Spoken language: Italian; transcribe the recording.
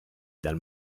dal